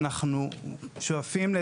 הרבה על איך עושים את המנגנונים,